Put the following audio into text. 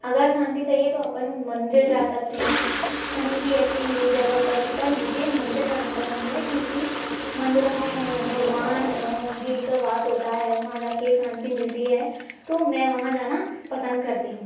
अगर शांति चाहिए तो अपन मंदिर जा सकते हैं कहीं भी ऐसी जगह पर पर मुझे मंदिर जाना पसंद है क्योंकि मंदिरों में भगवान अ जी का वास होता है वहाँ जा कर शांति मिलती है तो मैं वहाँ जाना पसंद करती हूँ